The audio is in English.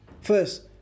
First